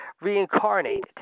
reincarnated